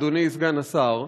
אדוני סגן השר,